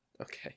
Okay